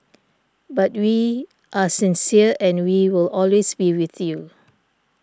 but we are sincere and we will always be with you